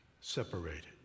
separated